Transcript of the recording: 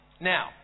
Now